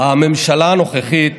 הממשלה הנוכחית,